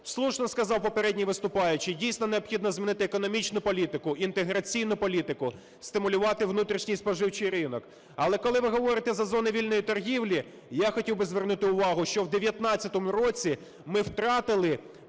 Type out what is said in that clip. слушно сказав попередній виступаючий, дійсно, необхідно змінити економічну політику, інтеграційну політику, стимулювати внутрішній споживчий ринок. Але коли ви говорите за зони вільної торгівлі, я хотів би звернути увагу, що у 2019 році ми втратили